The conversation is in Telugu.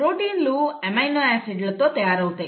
ప్రోటీన్లు అమైనో ఆసిడ్ లు తో తయారు అవుతాయి